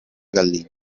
gallina